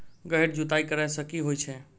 गहिर जुताई करैय सँ की होइ छै?